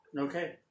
Okay